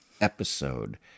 episode